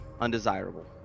Undesirable